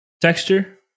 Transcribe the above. Texture